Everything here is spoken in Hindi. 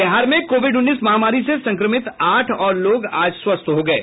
बिहार में कोविड उन्नीस महामारी से संक्रमित आठ और लोग आज स्वस्थ हो गये